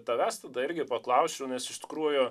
tavęs tada irgi paklausčiau nes iš tikrųjų